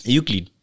Euclid